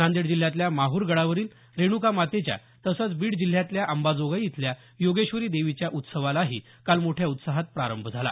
नांदेड जिल्ह्यातल्या माहूर गडावरील रेणुका मातेच्या तसंच बीड जिल्ह्यातल्या अंबाजोगाई इथल्या योगेश्वरी देवीच्या उत्सवालाही काल मोठ्या उत्साहात प्रारंभ झाला